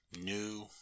new